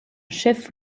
chef